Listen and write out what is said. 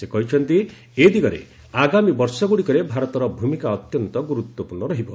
ସେ କହିଛନ୍ତି ଏ ଦିଗରେ ଆଗାମୀ ବର୍ଷଗୁଡ଼ିକରେ ଭାରତର ଭୂମିକା ଅତ୍ୟନ୍ତ ଗୁରୁତ୍ୱପୂର୍ଣ୍ଣ ରହିବ